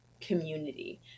community